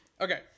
Okay